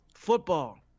Football